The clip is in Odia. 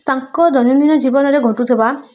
ତାଙ୍କ ଦୈନନ୍ଦିନ ଜୀବନରେ ଘଟୁଥିବା